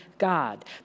God